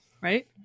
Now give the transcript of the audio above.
right